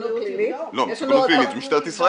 -- מסוכנות פלילית זה משטרת ישראל.